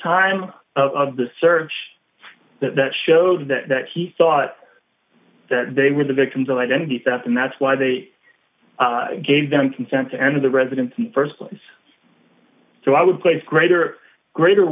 time of the search that showed that he thought that they were the victims of identity theft and that's why they gave them consent to enter the residence in the st place so i would place greater greater